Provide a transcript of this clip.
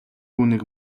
үүнийг